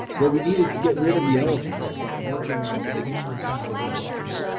what we need is to get rid of the elephant and start working on getting a draft for ourselves.